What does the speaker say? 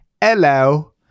Hello